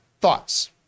thoughts